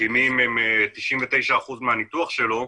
מסכימים עם 99% מהניתוח שלו,